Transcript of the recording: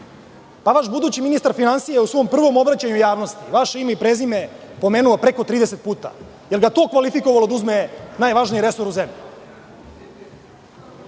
Pa, vaš budući ministar finansija u svom prvom obraćanju javnosti, vaše ime i prezime je pomenuo preko 30 puta. Da li ga je to kvalifikovalo da uzme najvažniji resor u zemlji?